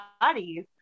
bodies